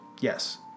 yes